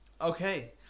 Okay